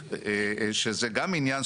שזה גם עניין,